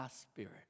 spirit